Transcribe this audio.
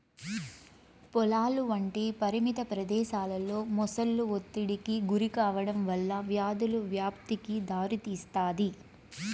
పొలాలు వంటి పరిమిత ప్రదేశాలలో మొసళ్ళు ఒత్తిడికి గురికావడం వల్ల వ్యాధుల వ్యాప్తికి దారితీస్తాది